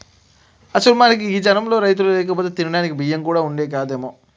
అసలు మన గీ జనంలో రైతులు లేకపోతే తినడానికి బియ్యం కూడా వుండేది కాదేమో